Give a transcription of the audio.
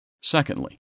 Secondly